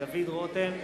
דוד רותם,